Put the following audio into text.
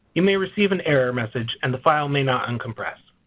you may receive an error message and the file may not uncompress.